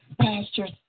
pastors